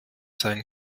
sein